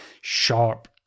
sharp